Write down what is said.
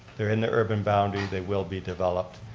they're in the urban boundary, they will be developed,